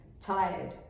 tired